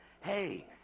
hey